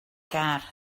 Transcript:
gar